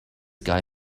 guy